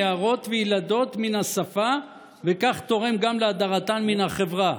נערות וילדות מן השפה וכך תורם גם להדרתן מן החברה,